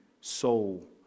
soul